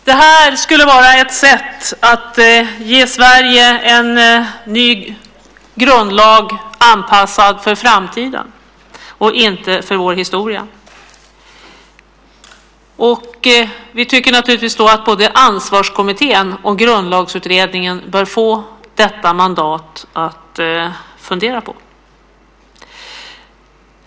Det här skulle vara ett sätt att ge Sverige en ny grundlag anpassad för framtiden och inte för vår historia. Vi tycker då att både Ansvarskommittén och Grundlagsutredningen bör få mandat att fundera på detta.